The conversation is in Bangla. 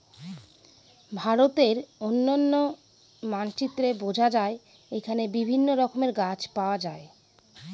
ভারতের অনন্য মানচিত্রে বোঝা যায় এখানে বিভিন্ন রকমের গাছ পাওয়া যায়